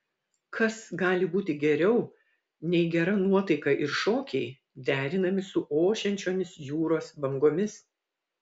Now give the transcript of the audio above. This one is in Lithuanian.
kas gali būti geriau nei gera nuotaika ir šokiai derinami su ošiančiomis jūros bangomis